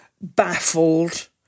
baffled